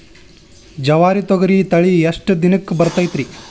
ಜವಾರಿ ತೊಗರಿ ತಳಿ ಎಷ್ಟ ದಿನಕ್ಕ ಬರತೈತ್ರಿ?